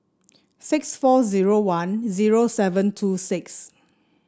six four zero one zero seven two six